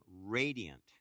radiant